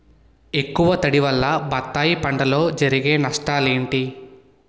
ఎక్కువ తడి వల్ల బత్తాయి పంటలో జరిగే నష్టాలేంటి?